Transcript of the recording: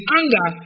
anger